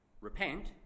Repent